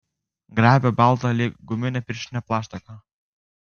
glebią baltą lyg guminė pirštinė plaštaką